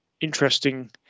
interesting